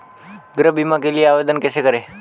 गृह बीमा के लिए आवेदन कैसे करें?